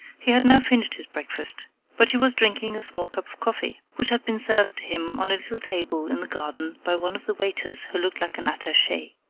he had now finished his breakfast but he was drinking a small cup of coffee, which had been served to him on a little table in the garden by one of the waiters who looked like an attache.